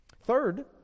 Third